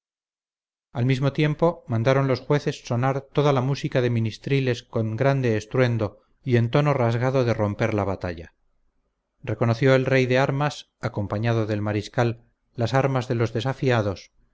al mismo tiempo mandaron los jueces sonar toda la música de ministriles con grande estruendo y en tono rasgado de romper la batalla reconoció el rey de armas acompañado del mariscal las armas de los desafinados